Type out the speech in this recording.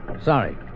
Sorry